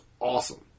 awesome